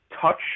touch